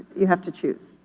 you have to choose?